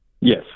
Yes